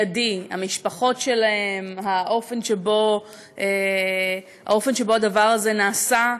המיידי, המשפחות שלהם, האופן שבו הדבר הזה נעשה,